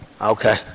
Okay